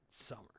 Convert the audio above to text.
summer